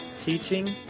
teaching